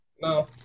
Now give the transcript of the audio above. No